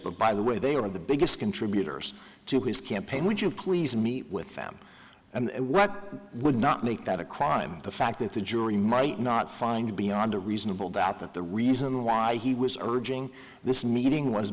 but by the way they were the biggest contributors to his campaign would you please meet with them and would not make that a crime the fact that the jury might not find beyond a reasonable doubt that the reason why he was urging the meeting was